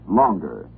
longer